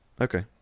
Okay